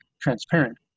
transparent